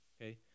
okay